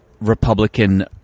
Republican